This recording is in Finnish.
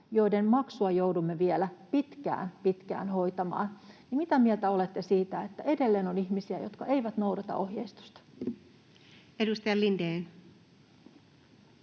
joiden maksua joudumme vielä pitkään, pitkään hoitamaan. Mitä mieltä olette siitä, että edelleen on ihmisiä, jotka eivät noudata ohjeistusta? Edustaja Lindén.